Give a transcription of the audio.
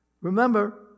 Remember